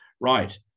Right